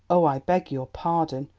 oh, i beg your pardon!